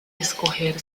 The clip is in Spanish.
escoger